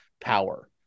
power